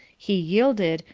he yielded,